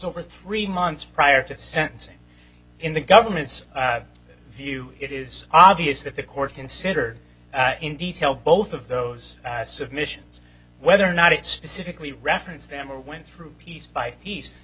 over three months prior to sentencing in the government's view it is obvious that the court considered in detail both of those submissions whether or not it specifically referenced them or went through piece by piece